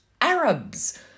Arabs